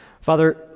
Father